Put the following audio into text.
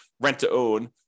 rent-to-own